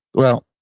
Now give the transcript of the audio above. well,